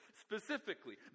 Specifically